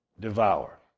devour